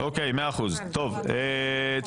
המאבק שלנו פה הוא על המקצועיות.